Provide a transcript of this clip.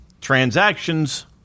transactions